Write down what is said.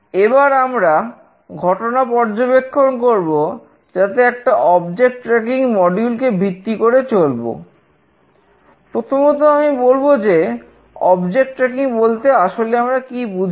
এবার আমরা ঘটনা পর্যবেক্ষণ করবো যাতে একটা অবজেক্ট ট্র্যাকিং বলতে আসলে আমরা কি বুঝি